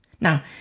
Now